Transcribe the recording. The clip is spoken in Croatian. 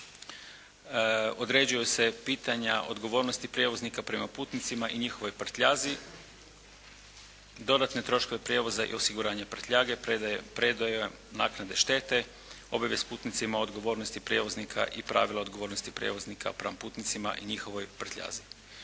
određuju se pitanja odgovornosti prijevoznika prema putnicima i njihovoj prtljazi, dodatne troškove prijevoza i osiguranje prtljage … /Govornik se ne razumije./ … obavijest putnicima o odgovornosti prijevoznika i pravila odgovornosti prijevoznika prema putnicima i njihovoj prtljazi.